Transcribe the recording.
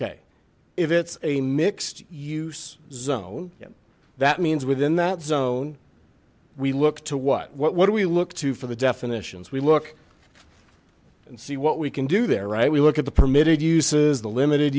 okay if it's a mixed use zone that means within that zone we look to what what what do we look to for the definitions we look and see what we can do there right we look at the permitted uses the limited